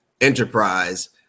enterprise